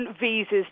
visas